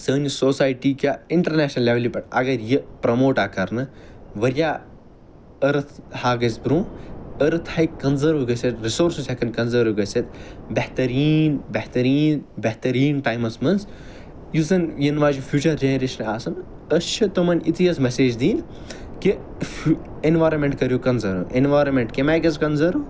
سٲنہِ سوسایٹی کیٛاہ اِنٹرنیشنل لیٚولہِ پٮ۪ٹھ اگر یہِ پرٛموٹ آو کَرنہٕ واریاہ أرتھ ہا گَژھِہِ برٛونٛہہ أرتھ ہیٚکہِ کَنزٔرٕو گٔژھِتھ رِسورسِز ہیٚکَن کَنزٔرٕو گٔژھِتھ بہتریٖن بہتریٖن بہتریٖن ٹایمَس مَنٛز یُس زَن ینہٕ واجِنۍ فیٛوچر جَنریشن آسَن أسۍ چھِ تِمن یِژٕے یٲژ مسیج دِنۍ کہِ ایٚنویٚرانمیٚنٛٹ کٔرِو کَنزٔرٕو ایٚنویٚرانمیٚنٛٹ کَمہِ آیہِ گَژھہِ کَنزٔرٕو